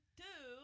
two